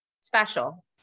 Special